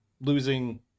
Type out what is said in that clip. losing